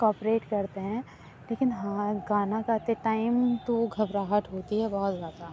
cooperate کرتے ہیں لیکن ہاں گانا گاتے ٹائم تو گھبراہٹ ہوتی ہے بہت زیادہ